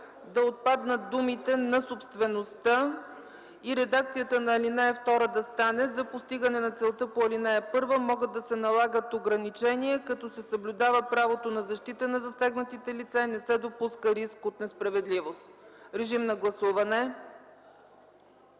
да отпаднат думите „на собствеността” и редакцията на ал. 2 да стане: „За постигане на целта по ал. 1 могат да се налагат ограничения като се съблюдава правото на защита на засегнатите лица и не се допуска риск от несправедливост”. Гласуваме.